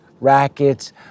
rackets